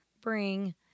bring